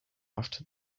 after